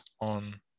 on